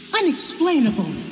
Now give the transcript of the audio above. unexplainable